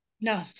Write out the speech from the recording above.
No